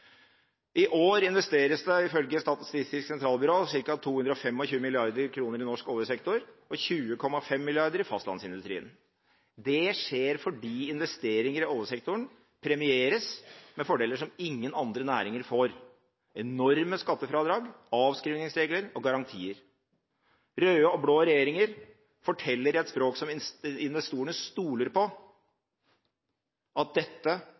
I år investeres det ifølge Statistisk sentralbyrå ca. 225 mrd. kr i norsk oljesektor og 20,5 mrd. kr i fastlandsindustrien. Det skjer fordi investeringer i oljesektoren premieres med fordeler som ingen andre næringer får – enorme skattefradrag, avskrivningsregler og garantier. Røde og blå regjeringer forteller et språk som investorene stoler på, at dette